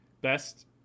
best